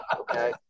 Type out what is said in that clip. okay